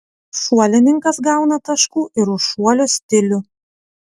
šuolininkas gauna taškų ir už šuolio stilių